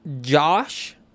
Josh